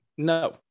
No